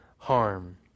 harm